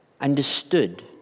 understood